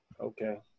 Okay